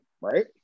right